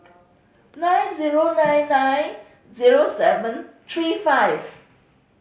nine zero nine nine zero seven three five